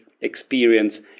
experience